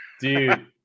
Dude